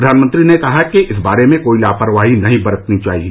प्रधानमंत्री ने कहा कि इस बारे में कोई लापरवाही नहीं बरती जानी चाहिए